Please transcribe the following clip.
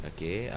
Okay